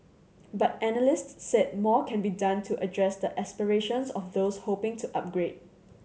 but analysts said more can be done to address the aspirations of those hoping to upgrade